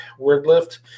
WordLift